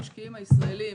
המשקיעים הישראלים